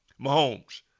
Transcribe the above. Mahomes